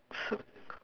cir~